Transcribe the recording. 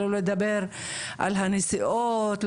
בלי לדבר על הנסיעות,